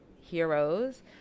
heroes